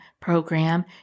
program